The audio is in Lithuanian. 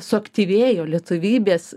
suaktyvėjo lietuvybės